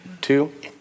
Two